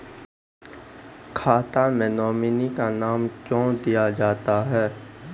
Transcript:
खाता मे नोमिनी का नाम क्यो दिया जाता हैं?